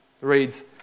reads